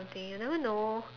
thing you never know